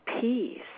peace